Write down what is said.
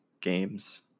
games